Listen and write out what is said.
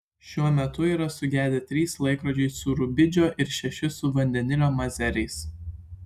šiuo metu yra sugedę trys laikrodžiai su rubidžio ir šeši su vandenilio mazeriais